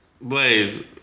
Blaze